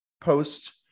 post